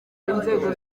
inzego